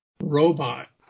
robot